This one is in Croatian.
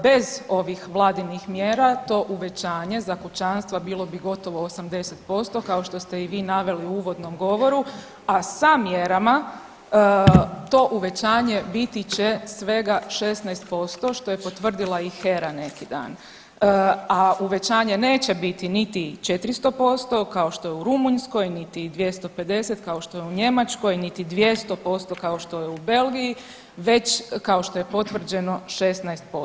Bez ovih vladinih mjera to uvećanje za kućanstva bilo bi gotovo 80% kao što ste i vi naveli u uvodnom govoru, a sa mjerama to uvećanje biti će svega 16%, što je potvrdila i HERA neki dan, a uvećanje neće biti niti 400% kao što je u Rumunjskoj, niti 250 kao što je u Njemačkoj, niti 200% kao što je u Belgiji već kao što je potvrđeno 16%